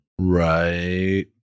right